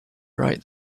right